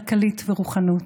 כלכלית ורוחנית,